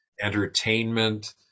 entertainment